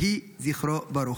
יהי זכרו ברוך.